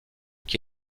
qui